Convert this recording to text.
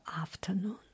afternoon